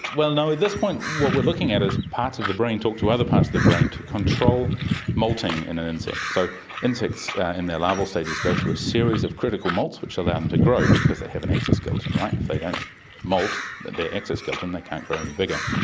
well, no, at this point what we're looking at is parts of the brain talk to other parts of the brain to control moulting in an insect. so insects in their larval stages go through a series of critical moults which allow them to grow, because they have an exoskeleton. like if they don't moult their exoskeleton they can't grow any bigger.